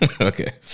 Okay